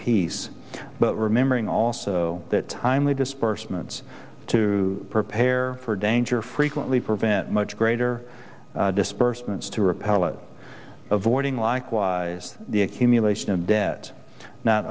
peace but remembering also that timely disbursements to prepare for danger frequently prevent much greater disbursements to repel it avoiding likewise the accumulation of debt not